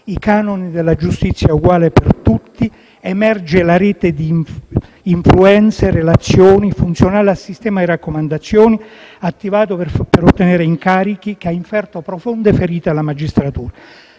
i canoni della giustizia uguale per tutti, emerge la rete di influenze e relazioni funzionali al sistema di raccomandazioni attivato per ottenere incarichi, che ha inferto profonde ferite alla magistratura.